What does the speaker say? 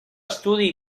estudi